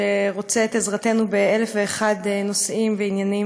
שרוצה את עזרתנו באלף ואחד נושאים ועניינים,